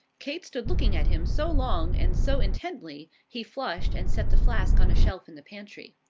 kate stood looking at him so long and so intently, he flushed and set the flask on a shelf in the pantry.